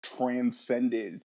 transcended